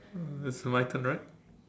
uh it's my turn right